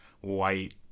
white